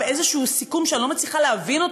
באיזה סיכום שאני לא מצליחה להבין,